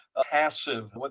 passive